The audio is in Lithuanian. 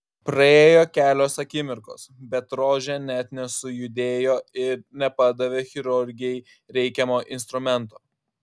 praėjo kelios akimirkos bet rožė net nesujudėjo ir nepadavė chirurgei reikiamo instrumento